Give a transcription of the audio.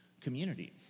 community